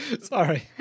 Sorry